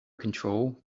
control